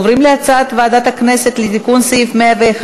בעד, 18, אין מתנגדים, אין